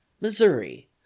Missouri